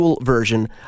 version